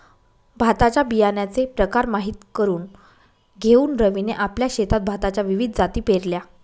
भाताच्या बियाण्याचे प्रकार माहित करून घेऊन रवीने आपल्या शेतात भाताच्या विविध जाती पेरल्या